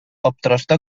аптырашта